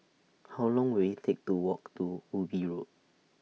How Long Will IT Take to Walk to Ubi Road